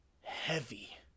Heavy